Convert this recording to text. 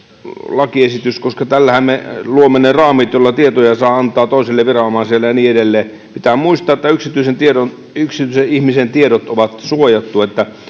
lakiesitys koska tällähän me luomme ne raamit joilla tietoja saa antaa toiselle viranomaiselle ja niin edelleen pitää muistaa että yksityisen ihmisen tiedot on suojattu että